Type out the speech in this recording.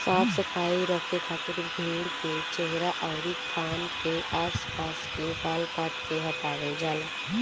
साफ सफाई रखे खातिर भेड़ के चेहरा अउरी थान के आस पास के बाल काट के हटावल जाला